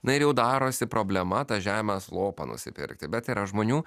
na ir jau darosi problema tą žemės lopą nusipirkti bet yra žmonių